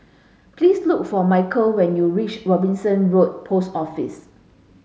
please look for Michael when you reach Robinson Road Post Office